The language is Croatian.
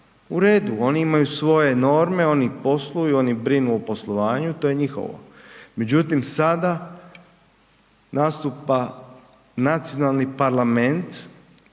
U redu, oni imaju svoje norme, oni posluju, oni brinu o poslovanju, to je njihovo. Međutim, sada nastupa nacionalni parlament,